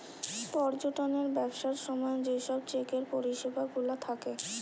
পর্যটনের ব্যবসার সময় যে সব চেকের পরিষেবা গুলা থাকে